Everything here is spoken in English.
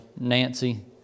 Nancy